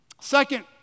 Second